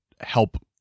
help